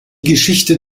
geschichte